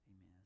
Amen